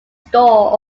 store